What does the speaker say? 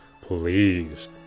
Please